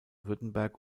württemberg